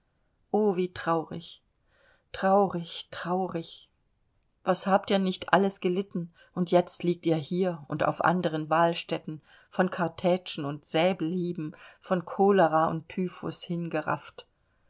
o wie traurig traurig traurig was habt ihr nicht alles gelitten und jetzt liegt ihr hier und auf anderen wahlstätten von kartätschen und säbelhieben von cholera und typhus hingerafft